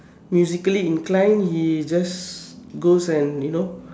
musically inclined he just goes and you know